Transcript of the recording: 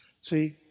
See